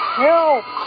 help